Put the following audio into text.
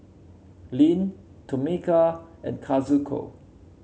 Lyn Tomeka and Kazuko